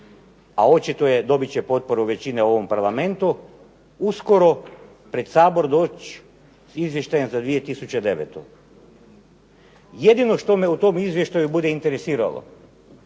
a očito je dobit će potporu većine u ovom Parlamentu, uskoro pred Sabor doći s izvještajem za 2009. Jedino što me u tom izvještaju bude interesiralo,